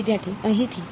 વિદ્યાર્થી અહીંથી